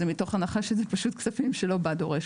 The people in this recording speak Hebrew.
זה מתוך הנחה שזה פשוט כספים שלא בא דורש,